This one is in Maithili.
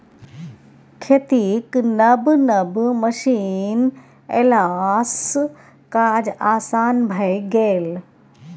खेतीक नब नब मशीन एलासँ काज आसान भए गेल